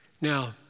now